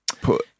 put